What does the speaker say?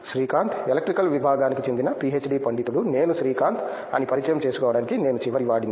Srikanth electrical విభాగానికి చెందిన PhD పండితుడు నేను శ్రీకాంత్ అని పరిచయం చేసుకోవడానికి నేను చివరివాడిని